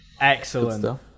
Excellent